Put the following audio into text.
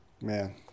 Man